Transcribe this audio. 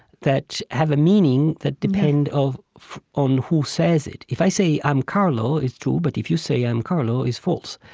that have a meaning that depends on who says it. if i say, i'm carlo, it's true, but if you say, i'm carlo, it's false.